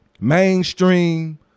Mainstream